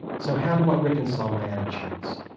so, how do i reconcile my attitudes?